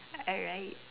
alright